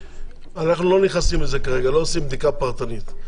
אנחנו לא נכנסים לזה כרגע, לא עושים בדיקה פרטנית.